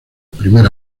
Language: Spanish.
primer